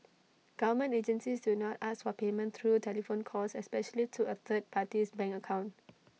government agencies do not ask for payment through telephone calls especially to A third party's bank account